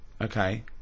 okay